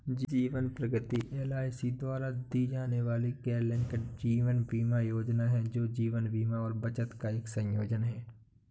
जीवन प्रगति एल.आई.सी द्वारा दी जाने वाली गैरलिंक्ड जीवन बीमा योजना है, जो जीवन बीमा और बचत का एक संयोजन है